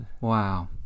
Wow